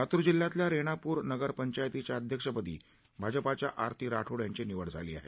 लातूर जिल्ह्यातल्या रेणापूर नगरपंचायतीच्या अध्यक्षपदी भाजपाच्या आरती राठोड यांची निवड झाली आहे